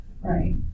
right